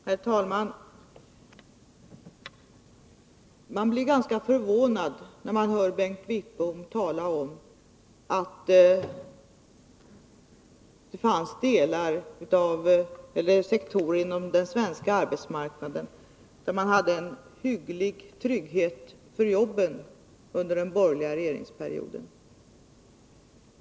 Herr talman! Man blir ganska förvånad när man hör Bengt Wittbom tala om att det fanns sektorer inom den svenska arbetsmarknaden där man hade en hygglig trygghet för jobben under den borgerliga regeringsperioden.